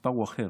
המספר הוא אחר,